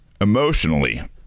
emotionally